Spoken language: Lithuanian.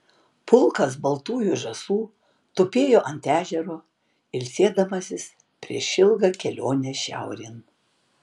pulkas baltųjų žąsų tupėjo ant ežero ilsėdamasis prieš ilgą kelionę šiaurėn